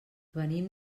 venim